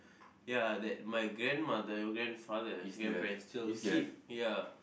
ya that my grandmother grandfather grandparents still keep